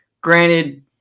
Granted